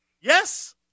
Yes